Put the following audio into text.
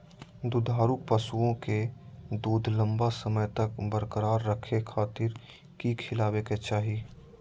दुधारू पशुओं के दूध लंबा समय तक बरकरार रखे खातिर की खिलावे के चाही?